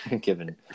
given